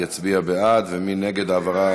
יצביע בעד, ומי שנגד העברה,